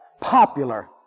popular